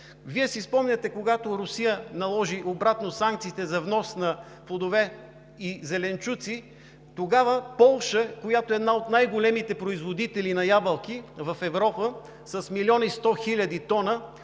Вие си спомняте, когато Русия наложи обратно санкциите за внос на плодове и зеленчуци, тогава Полша, която е една от най-големите производителки на ябълки в Европа, с милион